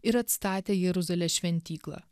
ir atstatė jeruzalės šventyklą